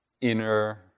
inner